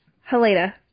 Helena